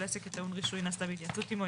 העסק טעון הרישוי נעשתה בהתייעצות עמו,